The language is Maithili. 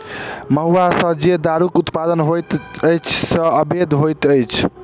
महुआ सॅ जे दारूक उत्पादन होइत अछि से अवैध होइत अछि